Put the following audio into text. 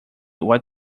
what